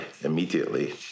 immediately